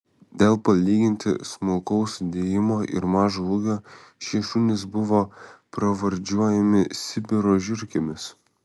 dėl palyginti smulkaus sudėjimo ir mažo ūgio šie šunys buvo pravardžiuojami sibiro žiurkėmis